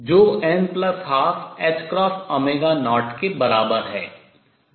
जो n12 ℏ0 के बराबर है